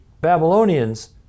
Babylonians